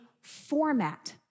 format